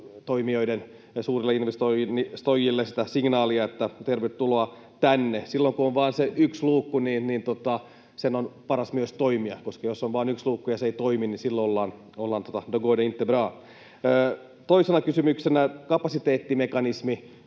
toimijoille ja suurille investoijille sitä signaalia, että tervetuloa tänne. Silloin kun on vain se yksi luukku, niin sen on paras myös toimia, koska jos on vain yksi luukku ja se ei toimi, niin silloin det går inte bra. Toisena kysymyksenä on kapasiteettimekanismi: